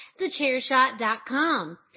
TheChairShot.com